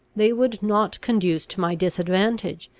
they would not conduce to my disadvantage,